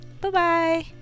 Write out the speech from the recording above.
Bye-bye